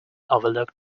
overlook